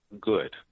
good